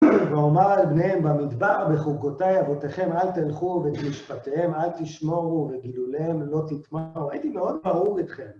ואומר אל בניהם במדבר בחוקותי אבותיכם אל תלכו ואת משפטיהם אל תשמורו ובגלוליהם אל תטמאו. הייתי מאוד ברור אתכם